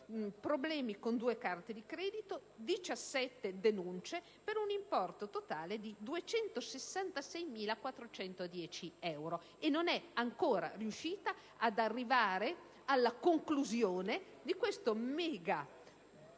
problemi con due carte di credito e 17 denunce per un importo totale di 266.410 euro. E non è ancora riuscita ad arrivare alla conclusione di questo